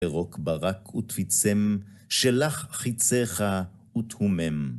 ברוק ברק ותפיצם, שלך חיציך ותהומם.